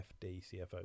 FDCFO